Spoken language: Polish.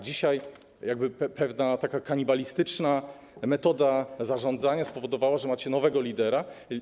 Dzisiaj pewna kanibalistyczna metoda zarządzania spowodowała, że macie nowego lidera.